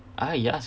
ah ya